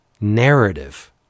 narrative